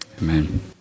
Amen